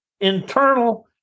internal